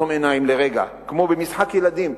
לעצום עיניים לרגע כמו במשחק ילדים,